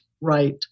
right